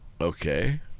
Okay